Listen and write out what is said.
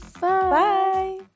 Bye